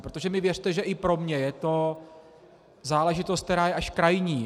Protože mi věřte, že i pro mě je to záležitost, která je až krajní.